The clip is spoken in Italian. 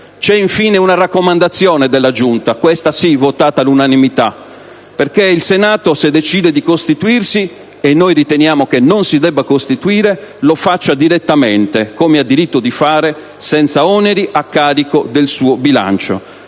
C'è, infine, una raccomandazione della Giunta, questa sì, votata all'unanimità perché il Senato, se decide di costituirsi - e noi riteniamo che non si debba costituire - lo faccia direttamente - come ha diritto di fare - senza oneri a carico del suo bilancio.